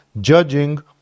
judging